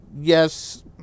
yes